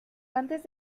antes